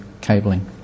cabling